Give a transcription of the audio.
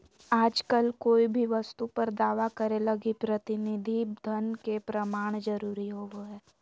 आजकल कोय भी वस्तु पर दावा करे लगी प्रतिनिधि धन के प्रमाण जरूरी होवो हय